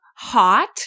hot